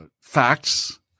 facts